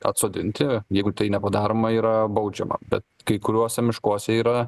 atsodinti jeigu tai nepadaroma yra baudžiama bet kai kuriuose miškuose yra